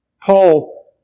Paul